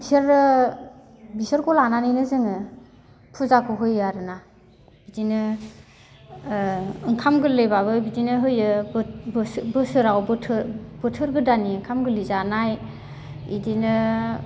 बिसोरो बिसोरखौ लानानैनो जोङो फुजाखौ होयो आरोना बिदिनो ओ ओंखाम गोरलैब्लाबो बिदिनो होयो बोसोराव बोथोर बोथोर गोदाननि ओंखाम गोरलै जानाय इदिनो